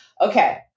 Okay